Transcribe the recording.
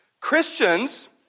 Christians